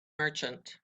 merchant